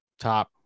top